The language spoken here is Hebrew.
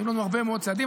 היו לנו הרבה מאוד צעדים.